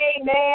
amen